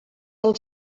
del